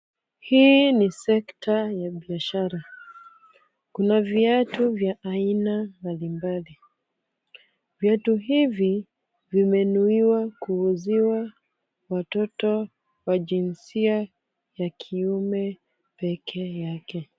Hii ni sekta ya biashara, kuna viatu vya aina mbalimbali. Viatu hivi vimenuiwa kuuziwa watoto wa jinsia ya kiume peke yake.